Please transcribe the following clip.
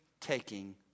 taking